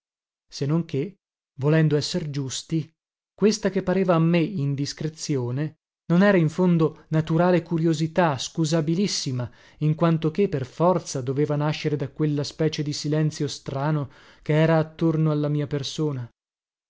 se non che volendo esser giusti questa che pareva a me indiscrezione non era in fondo naturale curiosità scusabilissima in quanto che per forza doveva nascere da quella specie di silenzio strano che era attorno alla mia persona